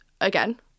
again